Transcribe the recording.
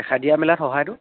দেখাই দিয়া মেলাত সহায়টো